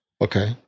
Okay